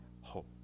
hope